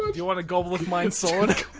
you wanna gobbleth myn sword?